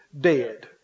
dead